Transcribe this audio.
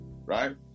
right